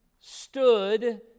stood